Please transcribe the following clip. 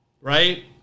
Right